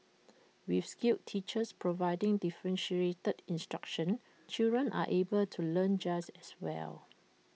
with skilled teachers providing differentiated instruction children are able to learn just as well